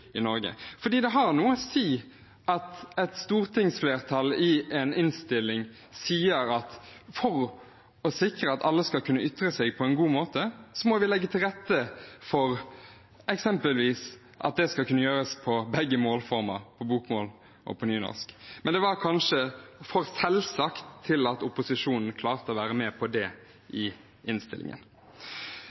i Norge. For det har noe å si at et stortingsflertall i en innstilling sier at for å sikre at alle skal kunne ytre seg på en god måte, må vi legge til rette for eksempelvis at det skal kunne gjøres på begge målformer, på bokmål og på nynorsk. Men det var kanskje for selvsagt til at opposisjonen klarte å være med på det i innstillingen.